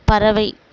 பறவை